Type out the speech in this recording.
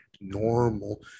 normal